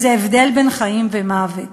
וזה הבדל שבין חיים ומוות.